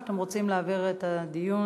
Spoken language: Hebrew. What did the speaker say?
או שאתם רוצים להעביר את הדיון?